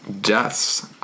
Deaths